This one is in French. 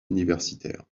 universitaire